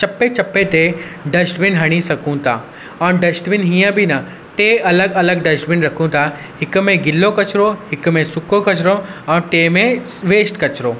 चपे चपे ते डस्टबिन हणी सघूं था ऐं डस्टबिन हीअं बि न टे अलॻि अलॻि डस्टबिन रखूंता हिक में घिलो किचिरो हिक में सुको किचिरो ऐं टें में वेस्ट किचिरो